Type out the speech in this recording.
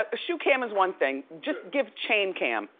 ah shoe cam is one thing. just give chain cam